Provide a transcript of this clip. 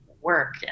work